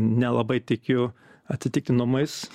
nelabai tikiu atsitiktinumais